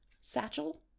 satchel